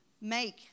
make